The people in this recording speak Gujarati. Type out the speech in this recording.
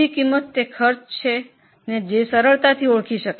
પ્રત્યક્ષ ખર્ચ સરળતાથી ઓળખી શકાય છે